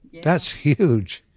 that's huge.